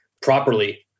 properly